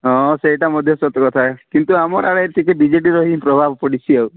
ହଁ ସେଇଟା ମଧ୍ୟ ସତ କଥା କିନ୍ତୁ ଆମର ଆଡ଼େ ଟିକେ ବିଜେଡ଼ିର ହିଁ ପ୍ରଭାବ ପଡ଼ିଛି ଆଉ